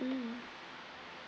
mm